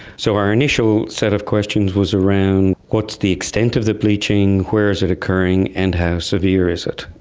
so our initial set of questions was around what's the extent of the bleaching? where is it occurring? and how severe is it?